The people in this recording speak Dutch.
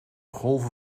golven